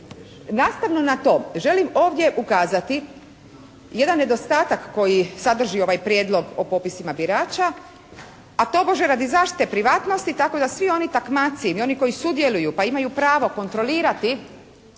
Nastavno na to želim ovdje ukazati jedan nedostatak koji sadrži ovaj Prijedlog o popisima birača a tobože radi zaštite privatnosti tako da svi oni takmaci i oni koji sudjeluju pa imaju pravo kontrolirati,